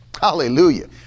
hallelujah